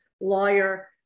lawyer